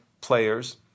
players